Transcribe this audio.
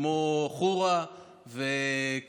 כמו חורה וכמו,